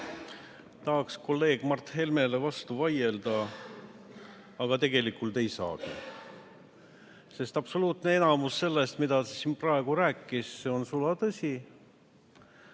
Tahaks kolleeg Mart Helmele vastu vaielda, aga tegelikult ei saagi, sest absoluutne enamus sellest, mida ta siin praegu rääkis, on sulatõsi.